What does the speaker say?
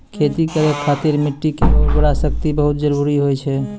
खेती करै खातिर मिट्टी केरो उर्वरा शक्ति बहुत जरूरी होय छै